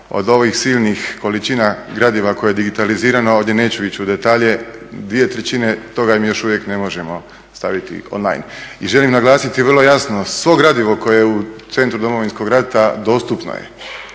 od ovih silnih količina gradiva koje je digitalizirano, ovdje neću ići u detalje, dvije trećine toga mi još uvijek ne možemo staviti online. I želim naglasiti vrlo jasno, svo gradivo koje je u centru Domovinskog rata dostupno je,